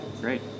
great